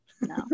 No